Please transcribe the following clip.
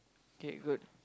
K good